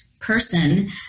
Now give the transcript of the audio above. person